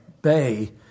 bay